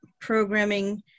programming